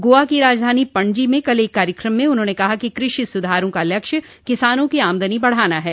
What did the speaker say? गोवा की राजधानी पणजी में कल एक कार्यक्रम में उन्होंने कहा कि कृषि सुधारों का लक्ष्य किसानों की आमदनी बढ़ाना है